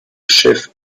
chef